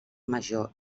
major